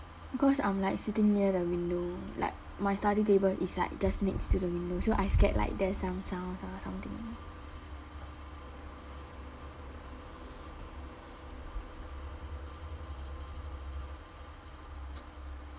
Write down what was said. cause I'm like sitting near the window like my study table is like just next to the window so I scared like there's some sounds or something